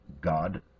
God